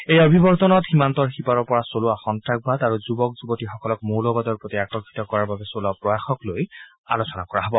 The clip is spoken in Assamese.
এই অভিৱৰ্তনত সীমান্তৰ সীপাৰৰ পৰা চলোৱা সন্নাসবাদ আৰু যুৱক যুৱতীসকলক মৌলবাদৰ প্ৰতি আকৰ্ষিত কৰাৰ বাবে চলোৱা প্ৰয়াসক লৈ আলোচনা কৰা হব